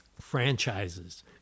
franchises